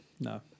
no